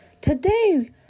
Today